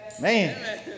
Man